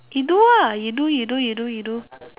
you do lah you do you do you do you do